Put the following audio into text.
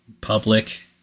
public